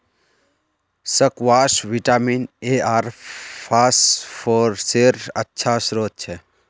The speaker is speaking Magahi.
स्क्वाश विटामिन ए आर फस्फोरसेर अच्छा श्रोत छ